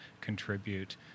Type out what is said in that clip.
contribute